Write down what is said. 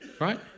Right